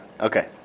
Okay